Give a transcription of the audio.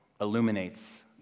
illuminates